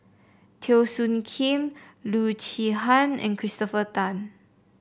Teo Soon Kim Loo Zihan and Christopher Tan